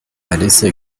alice